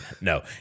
No